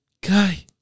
Guy